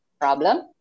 problem